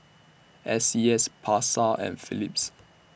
S C S Pasar and Philips